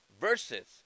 Versus